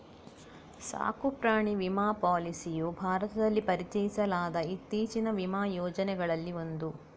ಸಾಕು ಪ್ರಾಣಿ ವಿಮಾ ಪಾಲಿಸಿಯು ಭಾರತದಲ್ಲಿ ಪರಿಚಯಿಸಲಾದ ಇತ್ತೀಚಿನ ವಿಮಾ ಯೋಜನೆಗಳಲ್ಲಿ ಒಂದು